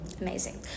Amazing